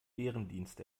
bärendienst